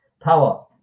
Power